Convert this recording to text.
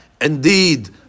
Indeed